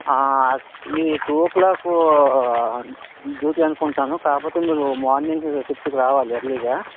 మీ two o'clock duty అనుకుంటాను కాకపోతే మీరు మార్నింగ్ షిఫ్ట్ కి రావాలి ఎర్లీ గా